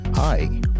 Hi